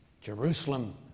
Jerusalem